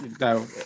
no